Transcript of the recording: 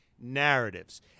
narratives